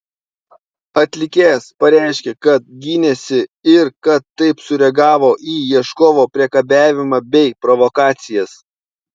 atlikėjas pareiškė kad gynėsi ir kad taip sureagavo į ieškovo priekabiavimą bei provokacijas